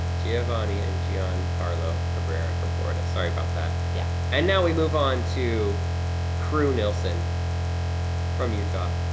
giovanni and giancarlo cabrera from florida, sorry about that. yeah. and now we move on to crew nielson from utah.